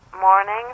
morning